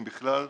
אם בכלל,